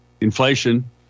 inflation